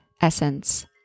essence